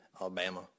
Alabama